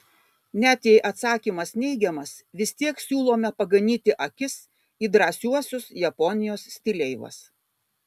net jei atsakymas neigiamas vis tiek siūlome paganyti akis į drąsiuosius japonijos stileivas